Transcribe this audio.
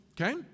okay